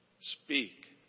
Speak